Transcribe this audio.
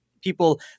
people